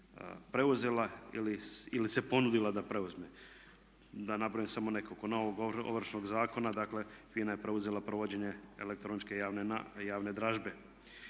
preuzela ili se ponudila da preuzme. Da brojim samo nekoliko: novog Ovršnog zakona, dakle FINA je preuzela provođenje elektroničke javne dražbe.